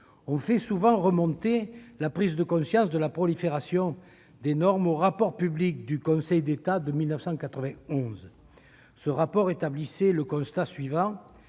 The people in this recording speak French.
On fait souvent remonter la prise de conscience de la prolifération des normes au rapport public du Conseil d'État de 1991, lequel établissait le constat suivant